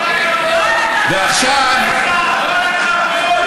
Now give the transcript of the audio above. השר שטייניץ, כל הכבוד.